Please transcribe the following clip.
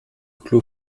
clos